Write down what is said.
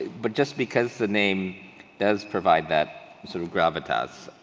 but just because the name does provide that sort of gravitas,